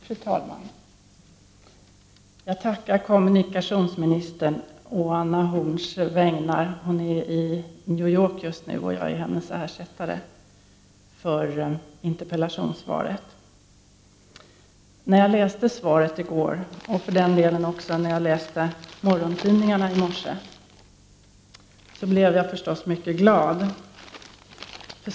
Fru talman! Jag tackar kommunikationsministern å Anna Horn af Rantziens vägnar. Anna Horn af Rantzien är just nu i New York. Jag som ersättare får därför ta emot interpallationssvaret. I går när jag läste svaret och för den delen också i morse när jag läste morgontidningarna blev jag, förstås, mycket glad.